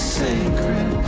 sacred